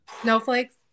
snowflakes